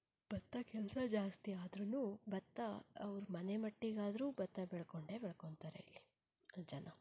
ಭತ್ತ ಕೆಲಸ ಜಾಸ್ತಿ ಆದ್ರು ಭತ್ತ ಅವ್ರ ಮನೆ ಮಟ್ಟಿಗೆ ಆದರೂ ಭತ್ತ ಬೆಳ್ಕೊಂಡೇ ಬೆಳ್ಕೊಳ್ತಾರೆ ಇಲ್ಲಿ ಜನ